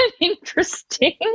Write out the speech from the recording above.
interesting